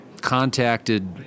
contacted